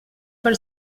per